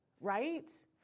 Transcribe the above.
right